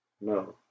No